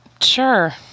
Sure